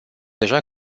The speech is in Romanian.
deja